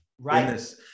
Right